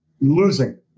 Losing